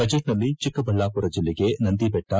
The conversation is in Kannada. ಬಜೆಟ್ನಲ್ಲಿ ಚಿಕ್ಕಬಳ್ಯಾಮರ ಜಲ್ಲೆಗೆ ನಂದಿ ಬೆಟ್ಟಿ